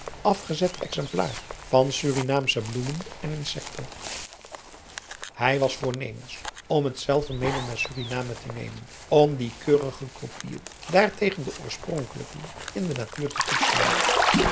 afgezet exemplaar van surinaamsche bloemen en insecten hij was voornemens om hetzelve mede naar suriname te nemen om die keurige kopijen daar tegen de oorspronkelijken in de natuur te toetsen